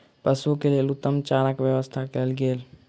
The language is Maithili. पशु के लेल उत्तम चारा के व्यवस्था कयल गेल